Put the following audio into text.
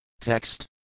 Text